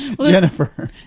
Jennifer